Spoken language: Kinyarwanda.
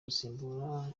gusimbura